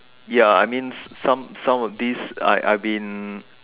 ya I mean some some of these I've been